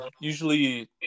Usually